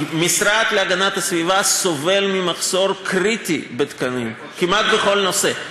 המשרד להגנת הסביבה סובל ממחסור קריטי בתקנים כמעט בכל נושא.